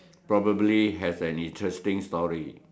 probably has a interesting story